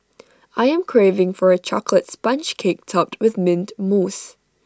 I am craving for A Chocolate Sponge Cake Topped with Mint Mousse